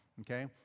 okay